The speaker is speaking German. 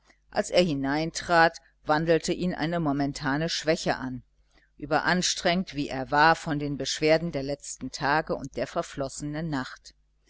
als er hineintrat wandelte ihn eine momentane schwäche an überanstrengt wie er war von den beschwerden der letzten tage und der verflossenen nacht